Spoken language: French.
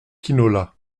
quinola